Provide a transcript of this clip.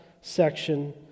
section